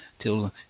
till